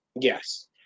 Yes